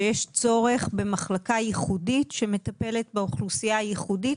מקבלים שיש צורך במחלקה ייחודית שמטפלת באוכלוסייה הייחודית,